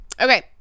Okay